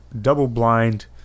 double-blind